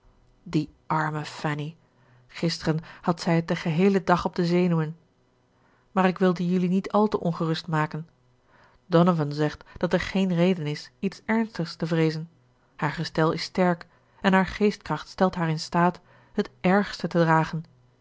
die arme fanny gisteren had zij het den geheelen dag op de zenuwen maar ik wilde jelui niet al te ongerust maken donovan zegt dat er geen reden is iets ernstigs te vreezen haar gestel is sterk en haar geestkracht stelt haar in staat het ergste te dragen